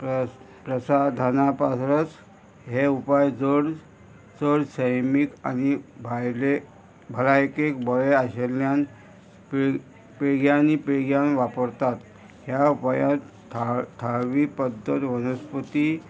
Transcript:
प्र प्रसा धानापरस हे उपाय जड चड सैमीक आनी भायले भलायकेक बरें आशिल्ल्यान पिळग पिळग्यांनी पिळग्यांक वापरतात ह्या उपायान था थाळवी पद्दत वनस्पती